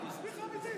אני מסביר לך, אמיתי.